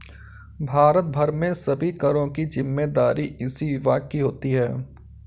भारत भर में सभी करों की जिम्मेदारी इसी विभाग की होती है